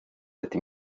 ati